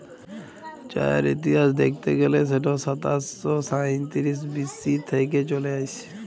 চাঁয়ের ইতিহাস দ্যাইখতে গ্যালে সেট সাতাশ শ সাঁইতিরিশ বি.সি থ্যাইকে চলে আইসছে